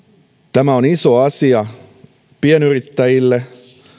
tämä on iso asia pienyrittäjille